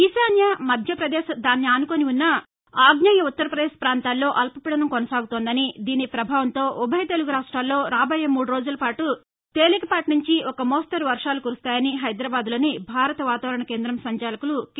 ఈశాన్య మధ్యవదేశ్ దానిని ఆనుకాని ఉన్న ఆగ్నేయ ఉత్తర్పదేశ్ ప్రాంతాల్లో అల్పవీడనం కానసాగుతోందని దీని పభావంతో ఉభయ తెలుగు రాష్ట్రాల్లో రాబోయే మూడు రోజులపాటు తేలికపాటి సుంచి ఓ మోస్తరు వర్వాలు కురుస్తాయని హైదరాబాద్లోని భారత వాతావరణ కేంద సంచాలకులు కె